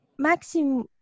Maxim